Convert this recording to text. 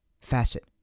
facet